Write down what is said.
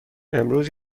امروز